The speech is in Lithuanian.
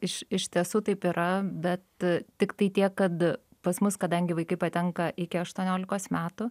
iš iš tiesų taip yra bet tiktai tiek kad pas mus kadangi vaikai patenka iki aštuoniolikos metų